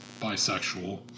bisexual